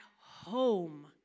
home